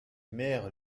mères